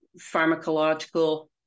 pharmacological